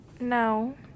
No